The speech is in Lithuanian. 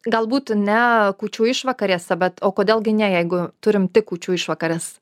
galbūt ne kūčių išvakarėse bet o kodėl gi ne jeigu turim tik kūčių išvakares